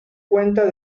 cuenta